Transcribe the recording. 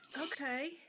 okay